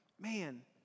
man